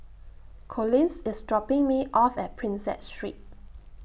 Collins IS dropping Me off At Prinsep Street